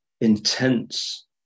intense